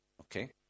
Okay